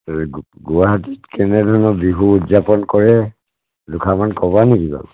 গুৱাহাটীত কেনেধৰণৰ বিহু উদযাপন কৰে দুটামান ক'বা নিকি বাৰু